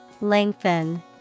Lengthen